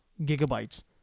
gigabytes